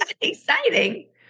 exciting